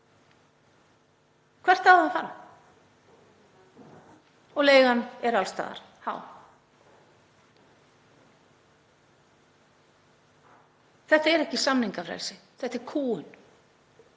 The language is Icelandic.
Hvert á það að fara? Og leigan er alls staðar há. Þetta er ekki samningafrelsi, þetta er kúgun,